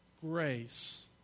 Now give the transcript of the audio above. Grace